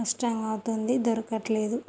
కష్టం అవుతుంది దొరకట్లేదు